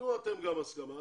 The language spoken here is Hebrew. תנו אתם גם הסכמה,